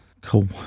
cool